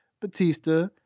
Batista